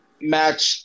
match